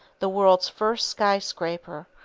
the world's first skyscraper,